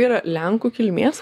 yra lenkų kilmės